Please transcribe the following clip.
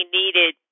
needed